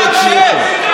להוציא אותו.